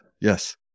yes